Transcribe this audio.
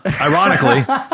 ironically